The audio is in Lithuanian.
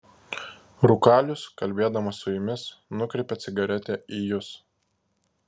rūkalius kalbėdamas su jumis nukreipia cigaretę į jus